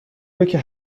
روکه